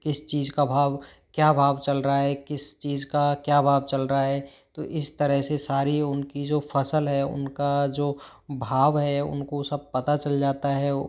किस चीज का भाव क्या भाव चल रहा है किस चीज का क्या भाव चल रहा है तो इस तरह से सारी उनकी जो फसल है उनका जो भाव है उनको सब पता चल जाता है